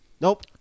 Nope